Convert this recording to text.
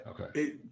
Okay